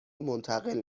منتقل